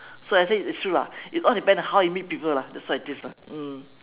so I say it's true lah it all depends how you meet people lah that's what it is lah mm